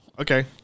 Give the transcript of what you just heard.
Okay